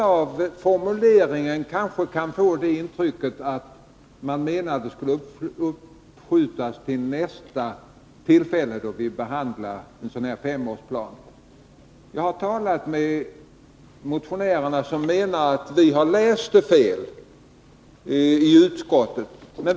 Av formuleringen i motionen kan man kanske få intrycket att motionärerna anser att beslutet skall uppskjutas till nästa tillfälle då vi behandlar en femårsplan. Jag har talat med motionärerna, som menar att vi i utskottet har läst motionen fel.